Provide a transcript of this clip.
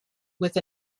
with